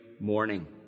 morning